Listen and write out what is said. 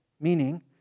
meaning